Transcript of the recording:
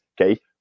Okay